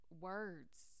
words